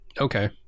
Okay